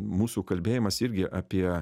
mūsų kalbėjimas irgi apie